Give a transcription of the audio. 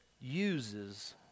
uses